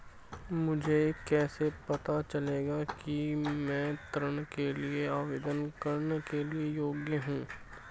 मुझे कैसे पता चलेगा कि मैं ऋण के लिए आवेदन करने के योग्य हूँ?